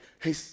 hey